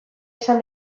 izan